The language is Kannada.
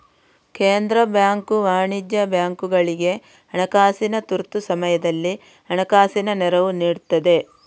ಕೇಂದ್ರ ಬ್ಯಾಂಕು ವಾಣಿಜ್ಯ ಬ್ಯಾಂಕುಗಳಿಗೆ ಹಣಕಾಸಿನ ತುರ್ತು ಸಮಯದಲ್ಲಿ ಹಣಕಾಸಿನ ನೆರವು ನೀಡ್ತದೆ